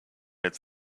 its